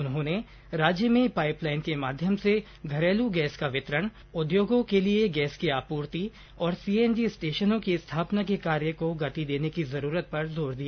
उन्होंने राज्य में पाइप लाइन के माध्यम से घरेलू गैस का वितरण उद्योगों के लिए गैस की आपूर्ति और सीएनजी स्टेशनों की स्थापना के कार्य को गति देने की जरूरत पर जोर दिया